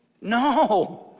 No